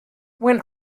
when